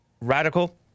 radical